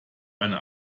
eine